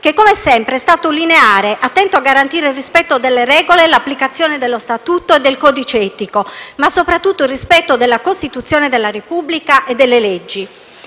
che, come sempre, è stato lineare, attento a garantire il rispetto delle regole e l'applicazione dello statuto e del codice etico, ma soprattutto il rispetto della Costituzione della Repubblica e delle leggi.